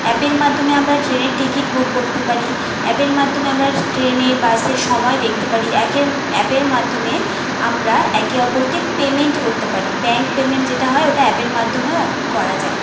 অ্যাপের মাধ্যমে আমরা ট্রেনের টিকিট বুক করতে পারি অ্যাপের মাধ্যমে আমরা ট্রেনের বাসের সময় দেখতে পারি অ্যাকের অ্যাপের মাধ্যমে আমরা একে অপরকে পেমেন্ট করতে পারি ব্যাঙ্ক পেমেন্ট যেটা হয় ওটা অ্যাপের মাধ্যমেও এখন করা যায়